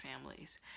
families